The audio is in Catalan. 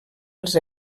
els